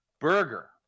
burger